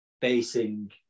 facing